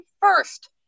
first